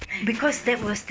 like bawling